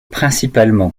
principalement